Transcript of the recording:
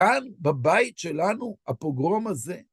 כאן, בבית שלנו? הפוגרום הזה?